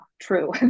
true